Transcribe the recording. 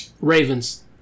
Ravens